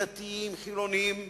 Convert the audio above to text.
דתיים-חילונים,